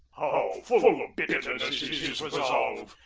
full of bitterness is his resolve,